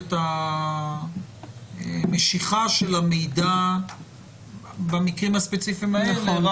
היכולת של המשיכה של המידע במקרים הספציפיים האלה,